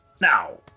Now